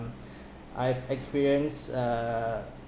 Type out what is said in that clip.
I've experienced uh